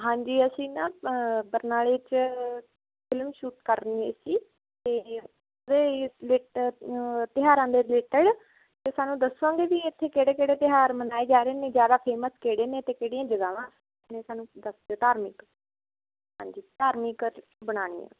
ਹਾਂਜੀ ਅਸੀਂ ਨਾ ਬਰਨਾਲੇ 'ਚ ਫਿਲਮ ਸ਼ੂਟ ਕਰਨੀ ਸੀ ਅਤੇ ਤਿਉਹਾਰਾਂ ਦੇ ਰਿਲੇਟਡ ਅਤੇ ਸਾਨੂੰ ਦੱਸੋਗੇ ਵੀ ਇੱਥੇ ਕਿਹੜੇ ਕਿਹੜੇ ਤਿਉਹਾਰ ਮਨਾਏ ਜਾ ਰਹੇ ਨੇ ਜ਼ਿਆਦਾ ਫੇਮਸ ਕਿਹੜੇ ਨੇ ਅਤੇ ਕਿਹੜੀਆਂ ਜਗ੍ਹਾਵਾਂ ਨੇ ਸਾਨੂੰ ਦੱਸਦੋ ਧਾਰਮਿਕ ਹਾਂਜੀ ਧਾਰਮਿਕ ਬਣਾਉਣੀ ਹੈ